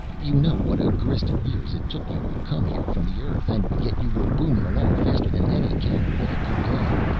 you know what a grist of years it took you to come here from the earth and yet you were booming along faster than any cannon-ball could go.